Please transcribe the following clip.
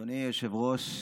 אדוני היושב-ראש,